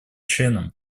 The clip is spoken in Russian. членам